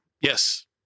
Yes